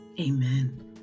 Amen